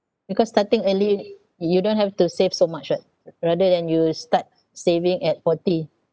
because starting early you don't have to save so much [what] rather than you start saving at forty